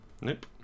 Nope